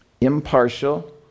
impartial